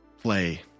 Play